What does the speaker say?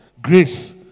grace